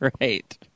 right